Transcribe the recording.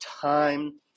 time